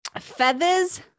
Feathers